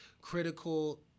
critical